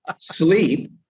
sleep